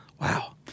Wow